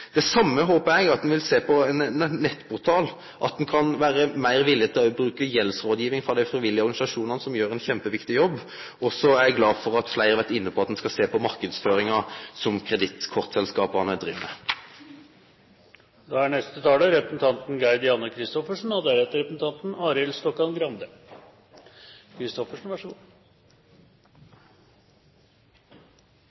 at ho vil sjå på ein nettportal, at ein kan vere meir villig til å bruke gjeldsrådgiving frå dei frivillige organisasjonane, som gjer ein kjempeviktig jobb. Og så er eg glad for at fleire har vore inne på at ein skal sjå på den marknadsføringa som kredittkortselskapa driv med. Jeg vil berømme representanten